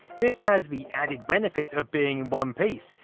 this has the added benefit of being in one piece,